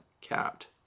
capped